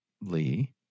Lee